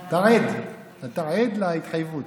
אתה עד, אתה עד להתחייבות.